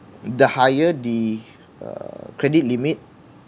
the higher the uh credit limit